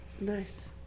Nice